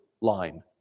line